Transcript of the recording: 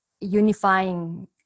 unifying